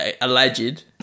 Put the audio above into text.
alleged